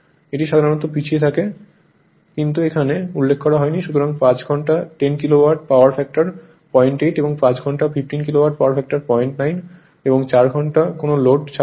এটি সাধারণত পিছিয়ে থাকে কিন্তু এখানে উল্লেখ করা হয়নি সুতরাং 5 ঘন্টা 10 কিলোওয়াট পাওয়ার ফ্যাক্টর 08 এবং 5 ঘন্টা 15 কিলোওয়াট পাওয়ার ফ্যাক্টর 09 এবং 4 ঘন্টা কোন লোড ছাড়াই